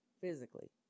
physically